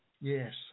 Yes